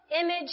image